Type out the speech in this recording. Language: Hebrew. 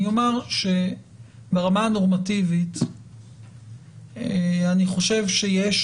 אני אומר שברמה הנורמטיבית אני חושב שיש